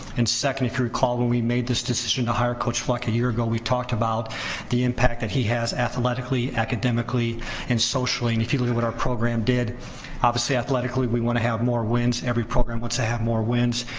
and second, if you recall, when we made this decision to hire coach fleck a year ago, we talked about the impact that he has athletically, academically and socially and if you look at what our program did obviously athletically we wanna have more wins. every program wants to have more wins,